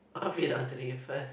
obvious I am saying first